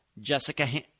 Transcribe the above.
Jessica